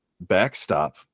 backstop